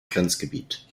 grenzgebiet